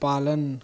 पालन